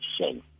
shame